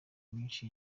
myinshi